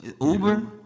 Uber